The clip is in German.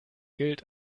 gilt